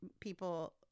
people